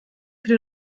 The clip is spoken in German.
für